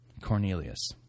Cornelius